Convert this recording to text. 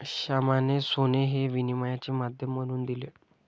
श्यामाने सोने हे विनिमयाचे माध्यम म्हणून दिले